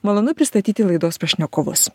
malonu pristatyti laidos pašnekovus